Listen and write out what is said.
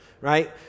right